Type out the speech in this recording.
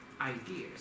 ideas